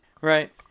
Right